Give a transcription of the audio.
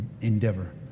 endeavor